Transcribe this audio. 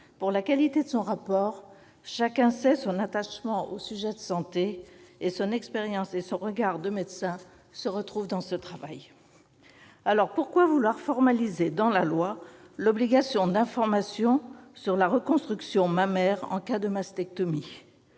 pour la qualité de son rapport. Chacun sait son attachement aux sujets de santé ; son expérience et son regard de médecin se retrouvent dans ce travail. Pourquoi vouloir formaliser, dans la loi, l'obligation d'information sur la reconstruction mammaire en cas de mastectomie ?